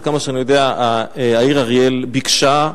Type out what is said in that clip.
עד כמה שאני יודע, העיר אריאל ביקשה,